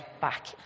back